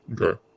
Okay